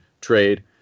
trade